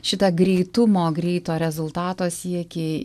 šitą greitumo greito rezultato siekį